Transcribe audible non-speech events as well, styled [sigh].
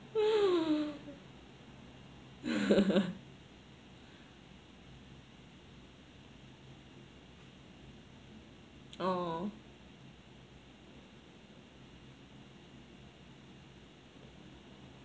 [laughs] oh